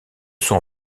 sont